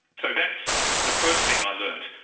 so that's the first thing i learnt.